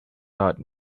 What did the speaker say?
taught